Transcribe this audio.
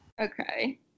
Okay